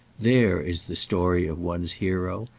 there is the story of one's hero,